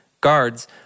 Guards